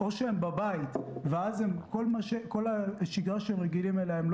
או שהם בבית ואז הם לא מקבלים את כל השגרה שהם רגילים אליה,